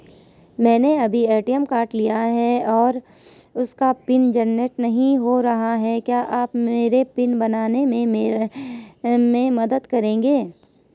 मैंने अभी ATM card लिया है और उसका पिन जेनरेट नहीं हो रहा है क्या आप मेरा पिन बनाने में मदद करेंगे?